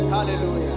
Hallelujah